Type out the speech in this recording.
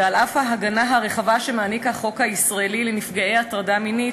ועל אף ההגנה הרחבה שמעניק החוק הישראלי לנפגעי הטרדה מינית,